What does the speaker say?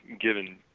given